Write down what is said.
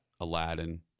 Aladdin